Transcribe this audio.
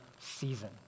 season